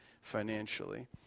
financially